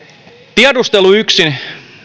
tiedustelu yksin